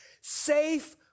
safe